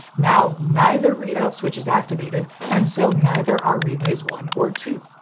now neither readout switch is activated, and so neither are relays one or two.